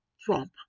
Trump